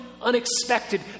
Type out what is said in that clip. unexpected